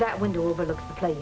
that window over the place